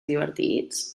divertits